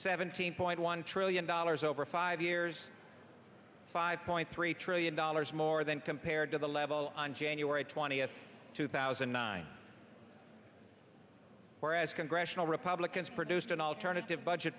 seventeen point one trillion dollars over five years five point three trillion dollars more than compared to the level on january twentieth two thousand and nine whereas congressional republicans produced an alternative budget